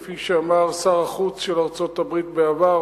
כפי שאמר שר החוץ של ארצות-הברית בעבר,